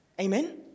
Amen